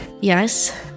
Yes